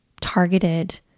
targeted